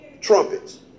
trumpets